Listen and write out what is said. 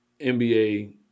NBA